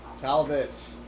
Talbot